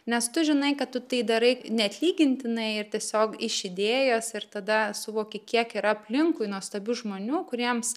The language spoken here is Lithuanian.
nes tu žinai kad tu tai darai neatlygintinai ir tiesiog iš idėjos ir tada suvoki kiek yra aplinkui nuostabių žmonių kuriems